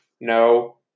no